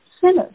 sinners